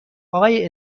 آقای